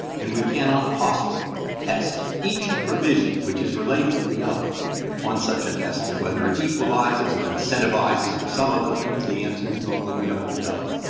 and we cannot possibly test each provision which is related to the others on such a test of whether it equalizes or incentivizes or some other thing, because the answer is normally we don't know.